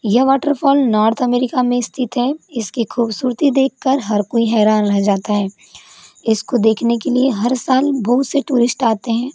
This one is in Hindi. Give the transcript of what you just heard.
यह वॉटरफॉल नॉर्थ अमेरिका में स्थित है इसकी खूबसूरती देख कर हर कोई हैरान रह जाता है इसको देखने के लिए हर साल बहुत से टूरिस्ट आते हैं